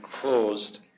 closed